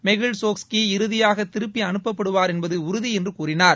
மெகுல் சோக்ஸ்கி இறுதியாக திருப்பி அனுப்பப்படுவார் என்பது உறுதி என்று கூறினார்